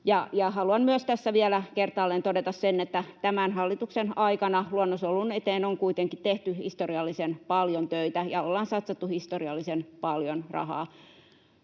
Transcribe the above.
Haluan myös tässä vielä kertaalleen todeta sen, että tämän hallituksen aikana luonnonsuojelun eteen on kuitenkin tehty historiallisen paljon töitä ja ollaan satsattu historiallisen paljon rahaa,